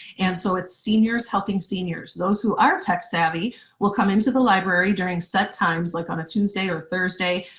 and so it's seniors helping seniors. those who are tech-savvy will come into the library during set times like on a tuesday or a thursday,